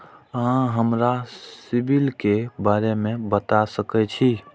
अहाँ हमरा सिबिल के बारे में बता सके छी?